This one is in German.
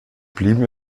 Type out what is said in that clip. blieben